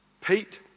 Pete